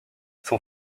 son